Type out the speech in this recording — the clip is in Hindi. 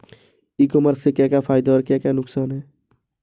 ई कॉमर्स के क्या क्या फायदे और क्या क्या नुकसान है?